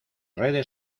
redes